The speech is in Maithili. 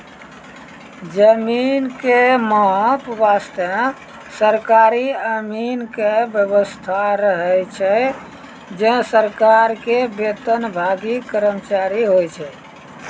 जमीन के माप वास्तॅ सरकारी अमीन के व्यवस्था रहै छै जे सरकार के वेतनभागी कर्मचारी होय छै